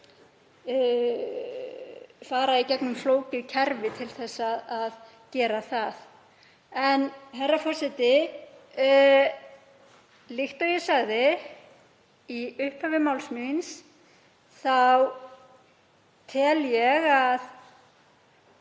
fara í gegnum flókið kerfi til að gera það. Herra forseti. Líkt og ég sagði í upphafi máls míns þá tel ég að